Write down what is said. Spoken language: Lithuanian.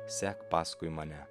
sek paskui mane